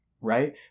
right